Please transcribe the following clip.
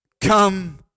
come